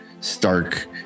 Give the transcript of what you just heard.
stark